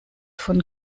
von